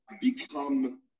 become